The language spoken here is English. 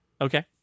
Okay